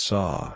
Saw